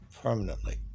permanently